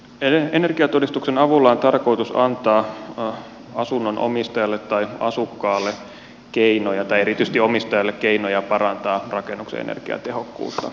energiatodistuksen avulla on tarkoitus antaa asunnon omistajalle tai asukkaalle keinoja tai erityisesti omistajalle keinoja parantaa rakennuksen energiatehokkuutta